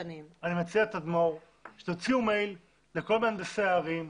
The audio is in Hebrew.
אני מציע, תדמור, שתוציאו מייל לכל מהנדסי הערים,